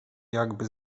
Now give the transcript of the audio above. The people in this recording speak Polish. jakby